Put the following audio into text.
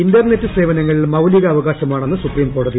internet സേവനങ്ങൾ മൌലിക അവകാശമാണെന്ന് സുപ്രീം കോടതി